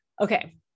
Okay